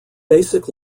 basic